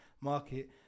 market